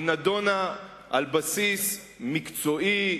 והיא נדונה על בסיס מקצועי,